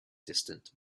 distant